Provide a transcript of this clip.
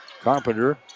Carpenter